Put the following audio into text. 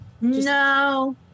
no